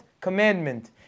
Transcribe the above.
commandment